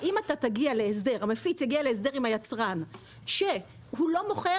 אם המפיץ יגיע להסדר עם היצרן שהוא לא מוכר,